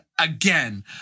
again